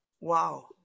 wow